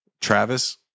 Travis